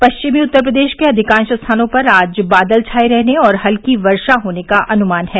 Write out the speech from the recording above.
पश्चिमी उत्तर प्रदेश के अधिकांश स्थानों पर आज बादल छाए रहने और हल्की वर्षा होने का अनुमान है